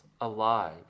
alive